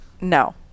no